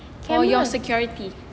for your security